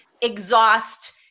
exhaust